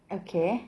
okay